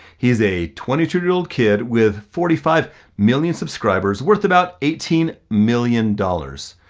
he's a twenty two year old kid with forty five million subscribers worth about eighteen million dollars.